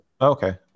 Okay